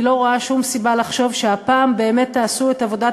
אני לא רואה שום סיבה לחשוב שהפעם באמת תעשו את עבודת